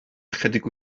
ychydig